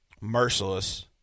Merciless